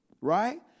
Right